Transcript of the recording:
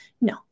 No